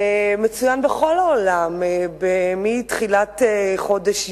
שמצוין בכל העולם מתחילת חודש יוני.